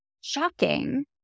shocking